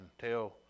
tell